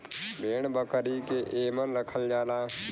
भेड़ बकरी के एमन रखल जाला